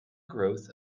growth